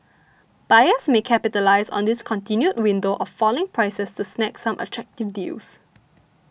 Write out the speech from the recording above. buyers may capitalise on this continued window of falling prices to snag some attractive deals